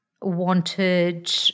wanted